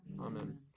Amen